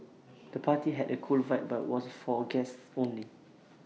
the party had A cool vibe but was for A guests only